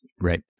Right